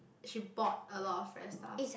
she bought a lot of rare stuff